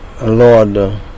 Lord